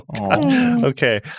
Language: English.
Okay